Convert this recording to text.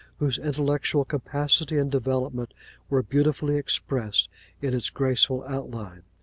whose intellectual capacity and development were beautifully expressed in its graceful outline,